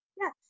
Yes